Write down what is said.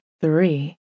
three